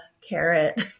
carrot